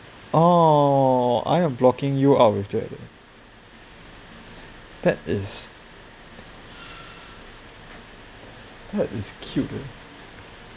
oh I am blocking you out with that that is that is cute eh